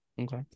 Okay